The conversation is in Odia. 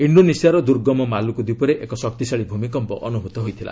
ଇଣ୍ଡୋନେସିଆର ଦୁର୍ଗମ ମାଲୁକୁ ଦ୍ୱୀପରେ ଏକ ଶକ୍ତିଶାଳୀ ଭୂମିକମ୍ପ ଅନୁଭୂତ ହୋଇଥିଲା